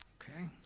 okay.